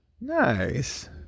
Nice